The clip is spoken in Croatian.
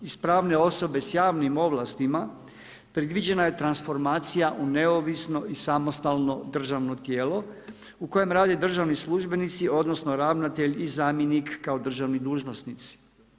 Iz pravne osobe s javnim ovlastima predviđena je transformacija u neovisno i samostalno državno tijelo u kojem rade državni službenici, odnosno ravnatelj i zamjenik kao državni dužnosnici.